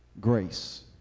Grace